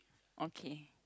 okay